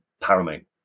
paramount